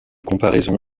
comparaison